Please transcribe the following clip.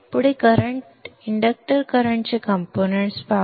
पुढे इंडक्टर करंटचे कंपोनेंट्स पाहू